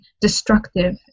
destructive